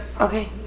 Okay